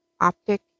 optic